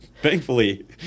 Thankfully